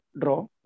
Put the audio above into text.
draw